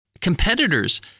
competitors